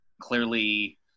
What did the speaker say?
clearly